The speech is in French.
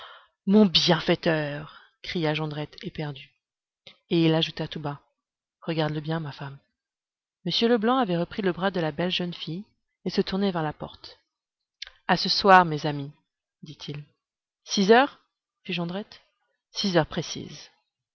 mon bienfaiteur cria jondrette éperdu et il ajouta tout bas regarde-le bien ma femme m leblanc avait repris le bras de la belle jeune fille et se tournait vers la porte à ce soir mes amis dit-il six heures fit jondrette six heures précises